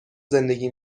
زندگی